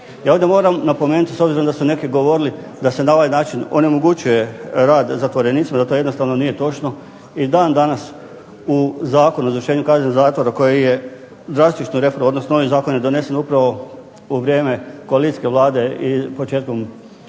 Ja ovdje moram napomenuti, s obzirom da su neki govorili da se na ovaj način onemogućuje rad zatvorenicima, da to jednostavno nije točno, i dan danas u Zakonu o izvršenju kazne zatvora koji je drastično …/Ne razumije se./…, odnosno ovaj zakon je donesen upravo u vrijeme koalicijske Vlade i početkom